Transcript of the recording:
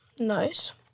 Nice